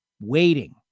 Waiting